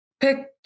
Pick